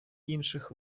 інших